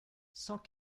cent